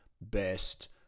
best